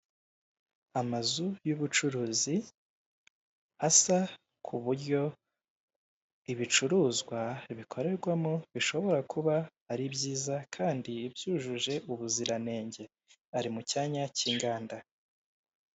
Amazu y'ubucuruzi asa ku buryo ibicuruzwa bikorerwamo bishobora kuba ari byiza kandi byujuje ubuziranenge, ari mu cyanya cy'inganda.